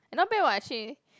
not bad [what] actually